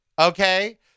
Okay